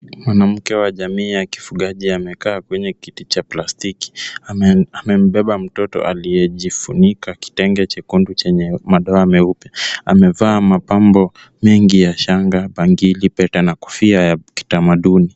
Mwanamke wa wa jamii ya kifugaji amekaa kwenye kiti cha plastiki. Amembeba mtoto aliyejifunika kitenge chekundu chenye madoa meupe. Amevaa mapambo mengi ya shanga, bangili, pete, na kofia ya kitamaduni.